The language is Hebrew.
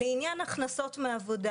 לעניין הכנסות מעבודה